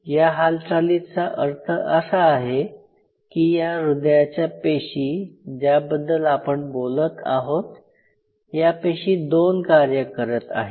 या हालचालीचा अर्थ असा आहे की या हृदयाच्या पेशी ज्याबद्दल आपण बोलत आहोत या पेशी दोन कार्य करत आहेत